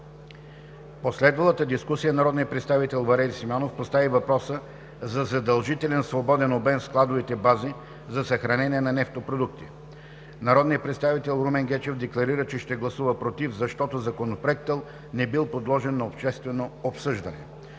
последвалата дискусия народният представител Валери Симеонов постави въпроса за задължителен свободен обем в складовите бази за съхранение на нефтопродукти. Народният представител Румен Гечев декларира, че ще гласува „против“, защото Законопроектът не е бил подложен на обществено обсъждане.